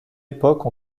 époque